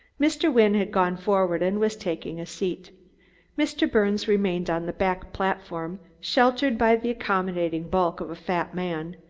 mr. wynne had gone forward and was taking a seat mr. birnes remained on the back platform, sheltered by the accommodating bulk of a fat man,